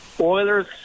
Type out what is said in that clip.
Oilers